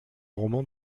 roman